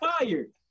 fired